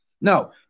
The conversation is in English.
No